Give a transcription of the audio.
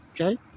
okay